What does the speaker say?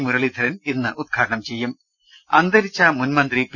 മുരളീധരൻ ഇന്ന് ഉദ്ഘാടനം ചെയ്യും അന്തരിച്ച മുൻമന്ത്രി പി